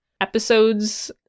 episodes